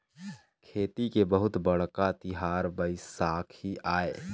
खेती के बहुत बड़का तिहार बइसाखी आय